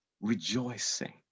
Rejoicing